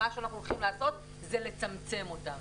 שאנחנו הולכים לעשות זה לצמצם אותה?